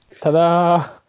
ta-da